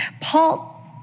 Paul